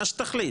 מה שתחליט,